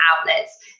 outlets